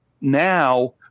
now